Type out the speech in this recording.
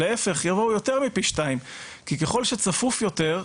להיפך, יבואו יותר מפי שתיים, כי ככל שצפוף יותר,